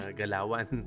galawan